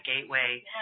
gateway